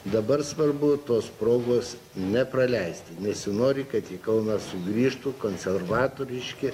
dabar svarbu tos progos nepraleisti nesinori kad į kauną sugrįžtų konservatoriški